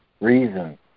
Reason